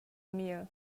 meal